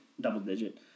double-digit